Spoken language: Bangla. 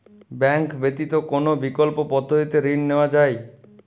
ব্যাঙ্ক ব্যতিত কোন বিকল্প পদ্ধতিতে ঋণ নেওয়া যায়?